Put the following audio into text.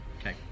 Okay